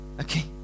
Okay